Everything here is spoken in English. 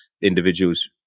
individuals